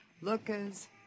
Lookers